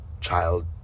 child